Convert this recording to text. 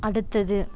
அடுத்தது